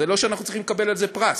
זה לא שאנחנו צריכים לקבל על זה פרס.